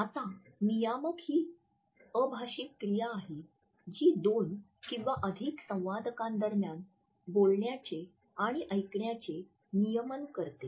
आता नियामक ही अभाषिक क्रिया आहे जी दोन किंवा अधिक संवादकांदरम्यान बोलण्याचे आणि ऐकण्याचे नियमन करते